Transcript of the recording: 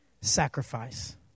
sacrifice